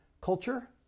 culture